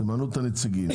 תמנו את הנציגים,